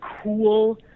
cool